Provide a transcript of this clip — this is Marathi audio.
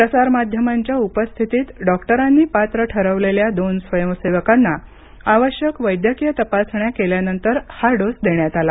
प्रसारमाध्यमांच्या उपस्थितीत डॉक्टरांनी पात्र ठरलेल्या दोन स्वयंसेवकांना आवश्यक वैद्यकीय तपासण्या केल्यानंतर हा डोस देण्यात आला